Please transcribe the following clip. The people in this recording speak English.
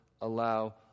allow